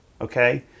okay